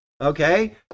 Okay